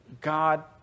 God